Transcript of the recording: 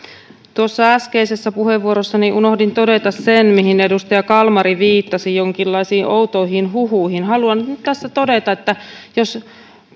tuossa äskeisessä puheenvuorossani unohdin todeta siitä kun edustaja kalmari viittasi jonkinlaisiin outoihin huhuihin ja haluan nyt tässä todeta jos